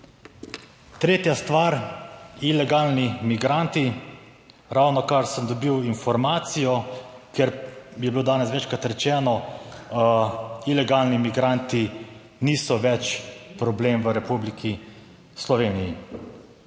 Tretja stvar, ilegalni migranti. Ravnokar sem dobil informacijo, ker je bilo danes večkrat rečeno, ilegalni migranti niso več problem v Republiki Sloveniji.